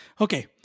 Okay